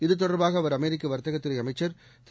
இது தொடர்பாகஅவர் அமெரிக்கவர்த்தகதுறைஅமைச்சர் திரு